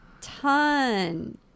ton